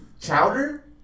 chowder